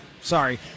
sorry